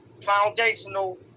foundational